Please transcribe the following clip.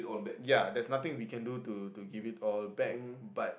ya there is nothing we can do to to give it all back but